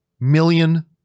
million